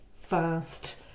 fast